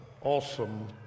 awesome